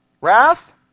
wrath